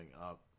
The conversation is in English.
up